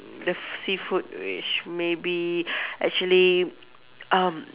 the seafood which maybe actually um